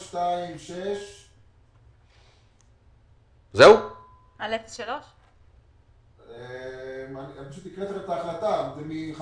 826. חייל בודד עולה שהשתחרר בנובמבר 2020 ולא ידע להגיע לחברת